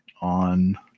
on